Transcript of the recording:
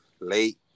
late